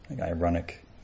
ironic